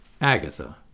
Agatha